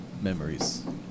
memories